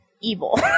evil